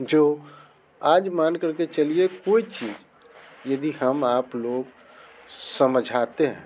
जो आज मान कर के चलिए कोई चीज़ यदि हम आप लोग समझाते हैं